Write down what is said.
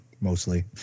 mostly